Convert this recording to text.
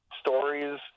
stories